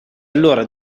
allora